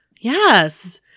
yes